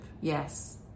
yes